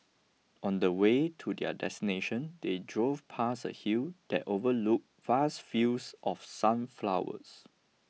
on the way to their destination they drove past a hill that overlooked vast fields of sunflowers